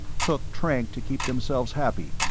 took trank to keep themselves happy.